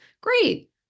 Great